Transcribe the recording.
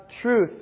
truth